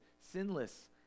sinless